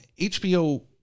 HBO